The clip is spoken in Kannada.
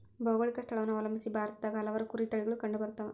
ಭೌಗೋಳಿಕ ಸ್ಥಳವನ್ನು ಅವಲಂಬಿಸಿ ಭಾರತದಾಗ ಹಲವಾರು ಕುರಿ ತಳಿಗಳು ಕಂಡುಬರ್ತವ